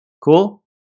Cool